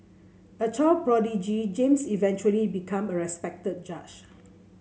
a child prodigy James eventually become a respected judge